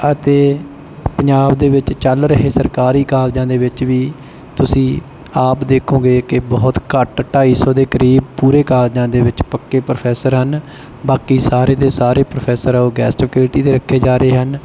ਅਤੇ ਪੰਜਾਬ ਦੇ ਵਿੱਚ ਚੱਲ ਰਹੇ ਸਰਕਾਰੀ ਕਾਲਜਾਂ ਦੇ ਵਿੱਚ ਵੀ ਤੁਸੀਂ ਆਪ ਦੇਖੋਗੇ ਕਿ ਬਹੁਤ ਘੱਟ ਢਾਈ ਸੌ ਦੇ ਕਰੀਬ ਪੂਰੇ ਕਾਲਜਾਂ ਦੇ ਵਿੱਚ ਪੱਕੇ ਪ੍ਰੋਫੈਸਰ ਹਨ ਬਾਕੀ ਸਾਰੇ ਦੇ ਸਾਰੇ ਪ੍ਰੋਫੈਸਰ ਉਹ ਗੈਸਟ ਫੈਕਲਟੀ ਦੇ ਰੱਖੇ ਜਾ ਰਹੇ ਹਨ